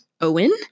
owen